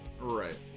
Right